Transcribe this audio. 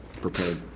prepared